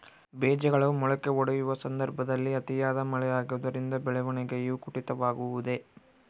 ಬೇಜಗಳು ಮೊಳಕೆಯೊಡೆಯುವ ಸಂದರ್ಭದಲ್ಲಿ ಅತಿಯಾದ ಮಳೆ ಆಗುವುದರಿಂದ ಬೆಳವಣಿಗೆಯು ಕುಂಠಿತವಾಗುವುದೆ?